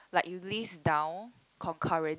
like you list down concurrent